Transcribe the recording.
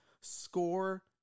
score